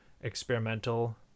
experimental